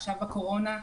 עכשיו, בקורונה,